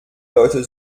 leute